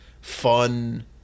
fun